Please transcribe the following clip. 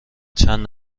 چند